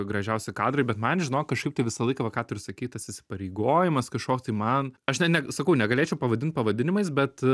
gražiausi kadrai bet man žinok kažkaip tai visą laiką ką tu ir sakei tas įsipareigojimas kažkoks tai man aš ne ne sakau negalėčiau pavadint pavadinimais bet